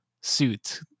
suit